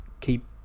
keep